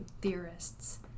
theorists